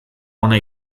ona